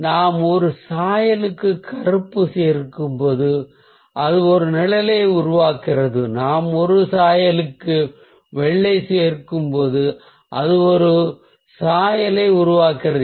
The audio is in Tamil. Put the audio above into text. நாம் ஒரு சாயலுக்கு கருப்பு சேர்க்கும்போது அது ஒரு நிழலை உருவாக்குகிறது நாம் ஒரு சாயலுக்கு வெள்ளை சேர்க்கும்போது அது ஒரு நிறச்சாயலை உருவாக்குகிறது